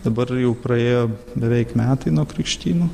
dabar jau praėjo beveik metai nuo krikštynų